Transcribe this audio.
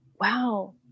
wow